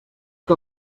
que